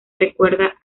recuerda